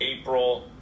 April